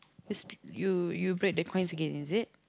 you spe~ you you break the coins again is it